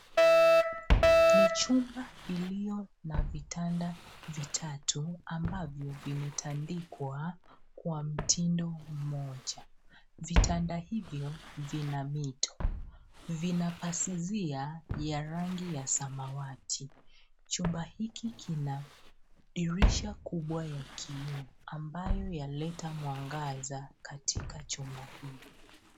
Ni chumba iliyo na vitanda vitatu ambavyo vimetandikwa kwa mtindo mmoja. Vitanda hivyo vina mito. Vina pazia ya rangi ya samawati. Chumba hiki kina dirisha kubwa ya kioo ambayo yaleta mwangaza katika chumba hii.